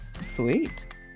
Sweet